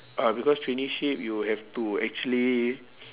ah because traineeship you will have to actually